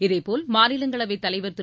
இதேபோல் மாநிலங்களவைத் தலைவர் திரு